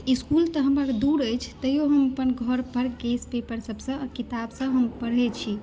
इसकुल तऽ हमर दूर अछि तैयो हम अपन घर पर गेस पेपर सभ सँ आ किताब सँ पढ़ै छी